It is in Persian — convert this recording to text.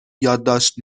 یادداشت